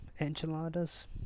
enchiladas